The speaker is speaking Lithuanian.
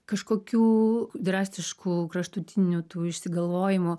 kažkokių drastiškų kraštutinių tų išsigalvojimų